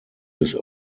des